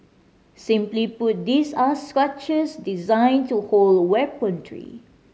simply put these are structures designed to hold weaponry